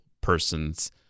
person's